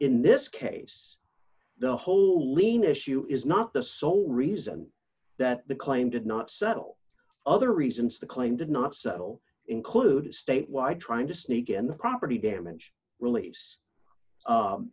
n this case the whole lien issue is not the sole reason that the claim did not settle other reasons the claim did not settle included state wide trying to sneak in the property damage release